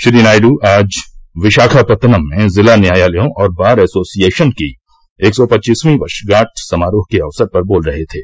श्री नायड् आज विशाखापत्तनम में जिला न्यायालयों और बार एसोसिएशन की एक सौ पच्चीसवीं वर्षगांठ समारोह के अवसर पर बोल रहे थे